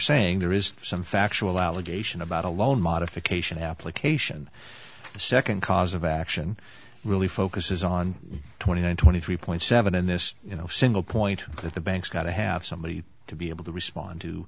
saying there is some factual allegation about a loan modification application the second cause of action really focuses on twenty one twenty three point seven in this you know single point that the banks got to have somebody to be able to respond to